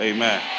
Amen